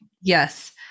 Yes